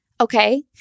Okay